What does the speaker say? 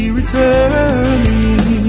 returning